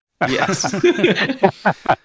Yes